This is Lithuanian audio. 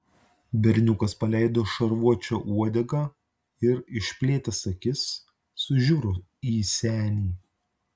berniukas paleido šarvuočio uodegą ir išplėtęs akis sužiuro į senį